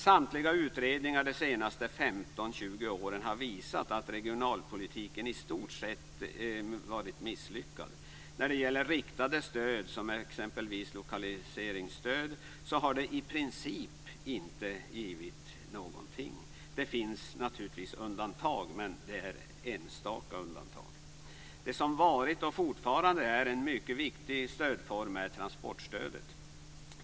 Samtliga utredningar under de senaste 15-20 åren har visat att regionalpolitiken i stort sett varit misslyckad. Riktade stöd, exempelvis lokaliseringsstöd, har i princip inte givit någonting. Det finns naturligtvis undantag men det rör sig då om enstaka undantag. Det som varit, och som fortfarande är, en mycket viktig stödform är transportstödet.